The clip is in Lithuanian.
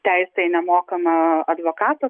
teisė į nemokamą advokatą